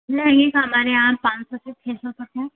नहीं कहाँ मैंने पाँच सौ से छः सौ तक हैं